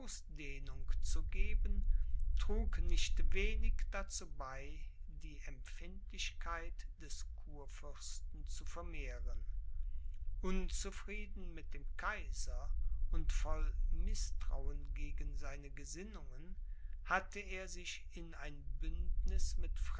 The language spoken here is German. zu geben trug nicht wenig dazu bei die empfindlichkeit des kurfürsten zu vermehren unzufrieden mit dem kaiser und voll mißtrauen gegen seine gesinnungen hatte er sich in ein bündniß mit